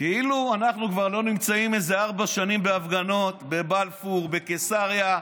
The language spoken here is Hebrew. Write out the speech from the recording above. כאילו אנחנו לא נמצאים כבר כארבע שנים בהפגנות בבלפור ובקיסריה: